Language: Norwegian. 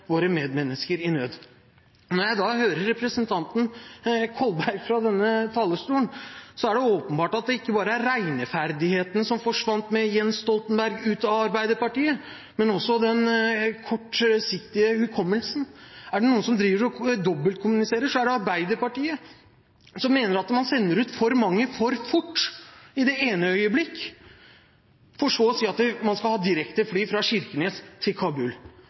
våre medmennesker i nød. Når jeg hører representanten Kolberg fra denne talerstolen, er det åpenbart at det ikke bare er regneferdigheten som forsvant ut av Arbeiderpartiet med Jens Stoltenberg, men også den kortsiktige hukommelsen. Er det noen som dobbeltkommuniserer, så er det Arbeiderpartiet, som i det ene øyeblikket mener at man sender ut for mange for fort, for så å si at man skal ha direkte fly fra Kirkenes til Kabul.